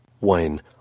Wayne